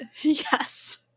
Yes